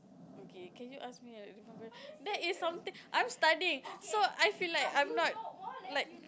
okay can you ask me that is something I'm studying so I feel like I'm not like